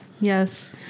Yes